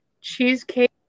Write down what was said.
cheesecake